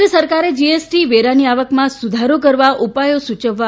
કેન્દ્ર સરકારે જીએસટી વેરાની આવકમાં સુધારો કરવા ઉપાયો સુયવવા